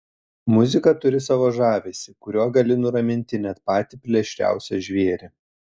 muzika turi savo žavesį kuriuo gali nuraminti net patį plėšriausią žvėrį